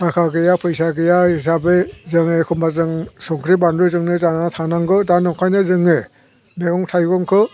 थाखा गैया फैसा गैया हिसाबै जोङो एखनबा जों संख्रि बानलुजोंनो जानानै थानांगौ दा नंखायनो जोङो मैगं थाइगंखौ